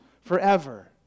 forever